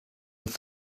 with